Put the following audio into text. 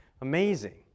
amazing